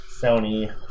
Sony